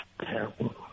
terrible